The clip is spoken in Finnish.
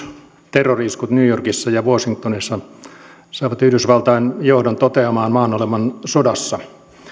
terrori iskut new yorkissa ja washingtonissa saivat yhdysvaltain johdon toteamaan maan olevan sodassa